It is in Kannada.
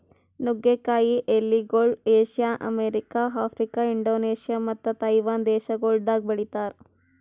ನುಗ್ಗೆ ಕಾಯಿ ಎಲಿಗೊಳ್ ಏಷ್ಯಾ, ಅಮೆರಿಕ, ಆಫ್ರಿಕಾ, ಇಂಡೋನೇಷ್ಯಾ ಮತ್ತ ತೈವಾನ್ ದೇಶಗೊಳ್ದಾಗ್ ಬೆಳಿತಾರ್